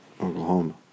Oklahoma